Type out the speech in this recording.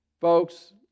Folks